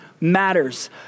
matters